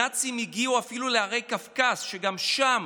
הנאצים הגיעו אפילו להרי קווקז, וגם שם